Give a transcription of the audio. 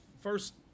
first